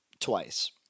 Twice